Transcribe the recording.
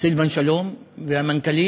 סילבן שלום והמנכ"לית,